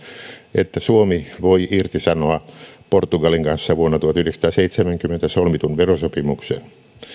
että suomi voi irtisanoa portugalin kanssa vuonna tuhatyhdeksänsataaseitsemänkymmentä solmitun verosopimuksen